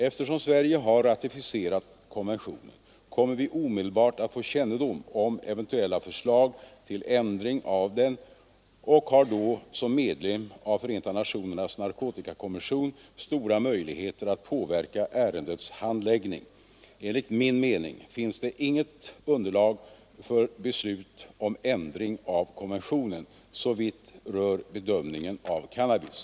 Eftersom Sverige har ratificerat konventionen kommer vi omedelbart att få kännedom om eventuella förslag till ändring av den och har då som medlem av FN:s narkotikakommission stora möjligheter att påverka ärendets handläggning. Enligt min mening finns det inget underlag för beslut om ändring av konventionen såvitt rör bedömningen av cannabis.